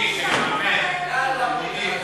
מי שמממן תלמידים,